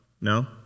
No